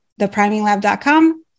thepriminglab.com